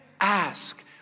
Ask